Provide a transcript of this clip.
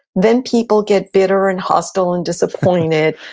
then people get bitter, and hostile and disappointed.